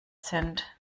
sind